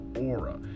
aura